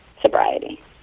sobriety